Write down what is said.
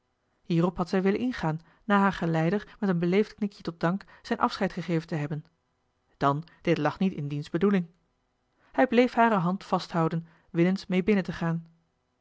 hierop had zij willen ingaan na haar geleider met een beleefd knikje tot dank zijn afscheid gegeven te hebben dan dit lag niet in diens bedoeling hij bleef hare hand vasthouden willens meê binnen te gaan